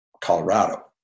Colorado